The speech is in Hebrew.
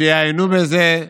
שיעיינו בזה,